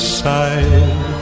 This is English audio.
side